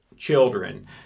children